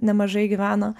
nemažai gyveno